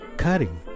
cutting